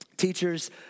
Teachers